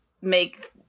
make